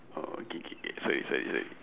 oh K K K sorry sorry sorry